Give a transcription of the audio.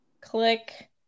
Click